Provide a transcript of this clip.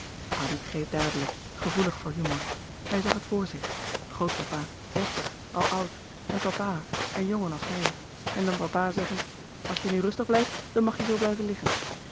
addy begreep dadelijk gevoelig voor humor hij zag het voor zich grootpapa deftig al oud en papa een jongen als hij en dan papa zeggen als je nu rustig blijft dan mag je zoo blijven liggen